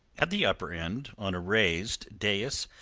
at the upper end, on a raised dais,